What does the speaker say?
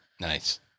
Nice